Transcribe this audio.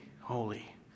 holy